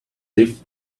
live